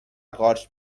قارچ